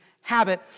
habit